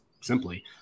simply